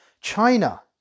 China